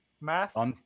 mass